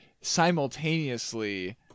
simultaneously